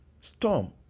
storm